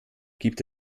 gibt